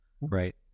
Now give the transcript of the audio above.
right